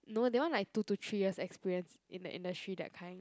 no they want like two to three years experience in the industry that kind